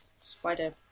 Spider